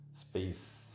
space